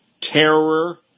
terror